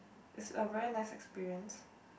it's a very nice experience